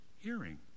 hearing